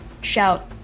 shout